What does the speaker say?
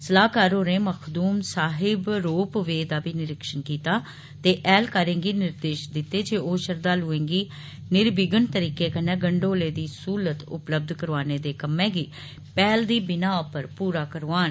सलाहकार होरें Makhdoom Sahib ropeway दा बी निरीक्षण कीता ते ऐह्लकारें गी निर्देष दित्ते जे ओह् श्रद्दालुएं गी निंविघ्न तरीके कन्नै गंडोले दी स्हूलत उपलब्ध करोआने दे कम्मै बी पैहल दी बिनाह उप्पर पूरा करोआन